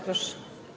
Proszę.